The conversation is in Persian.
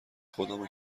خدامه